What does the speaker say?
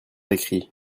écrit